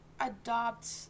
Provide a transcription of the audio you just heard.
adopt